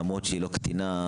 למרות שהיא לא קטינה,